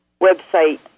website